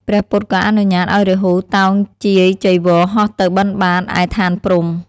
ព្រះពុទ្ធក៏អនុញ្ញាតឱ្យរាហូតោងជាយចីវរហោះទៅបិណ្ឌបាតឯឋានព្រហ្ម។